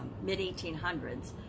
mid-1800s